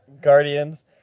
guardians